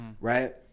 right